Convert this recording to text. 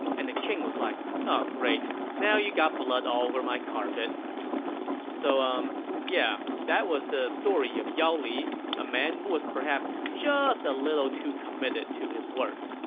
and the king was like, oh great, now you got blood all over my carpet so um, yeah, that was the story of yao li, a man who was perhaps just a tad too committed to his work.